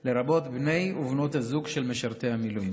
לרבות בני ובנות הזוג של משרתי המילואים.